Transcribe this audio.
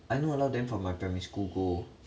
I know a lot of them from my primary school go